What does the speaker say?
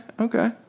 okay